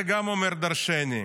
זה אומר דורשני.